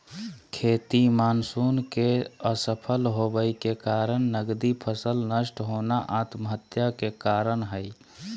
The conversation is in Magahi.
खेती मानसून के असफल होबय के कारण नगदी फसल नष्ट होना आत्महत्या के कारण हई